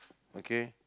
okay